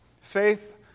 Faith